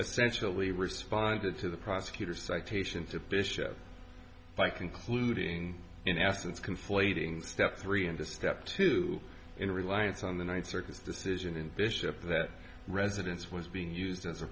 especially responded to the prosecutor's citation to bishop by concluding in athens conflating step three and a step two in reliance on the ninth circuit's decision in bishop that residence was being used as a